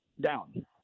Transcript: down